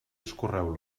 escorreu